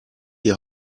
die